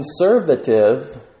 conservative